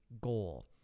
goal